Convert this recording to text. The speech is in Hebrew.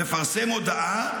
מפרסם הודעה,